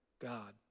God